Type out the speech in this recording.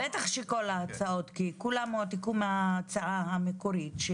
בטח שכל ההצעות כי כולן הועתקו מההצעה המקורית.